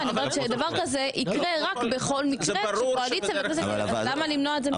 שדבר כזה ייקרה רק בכל מקרה למה למנוע את זה מראש?